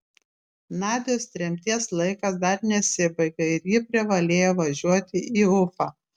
nadios tremties laikas dar nesibaigė ir ji privalėjo važiuoti į ufą